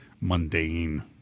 mundane